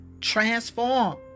transform